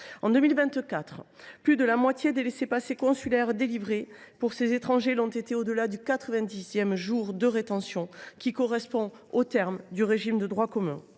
En 2024, plus de la moitié des laissez passer consulaires délivrés pour ces étrangers l’ont été au delà du quatre vingt dixième jour de rétention, qui correspond au terme du régime de droit commun.